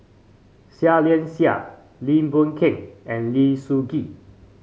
Seah Liang Seah Lim Boon Keng and Lim Sun Gee